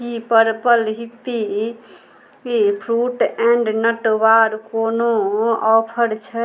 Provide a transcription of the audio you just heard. कि purple hippie ई fruit and nut bar कोनो ऑफर छै